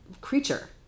creature